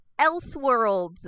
Elseworlds